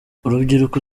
urubyiruko